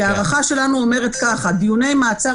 כי ההערכה שלנו אומרת ככה: דיוני מעצר